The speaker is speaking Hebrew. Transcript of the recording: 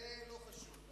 או, זה לא חשוב.